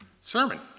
sermon